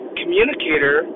communicator